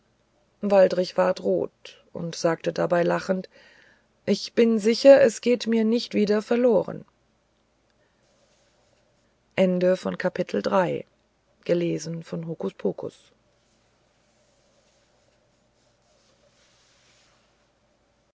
waldrich ward rot und sagte dabei lächelnd ich bin sicher es geht mir nicht wieder verloren